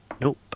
Nope